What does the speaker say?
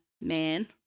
man